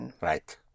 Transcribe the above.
right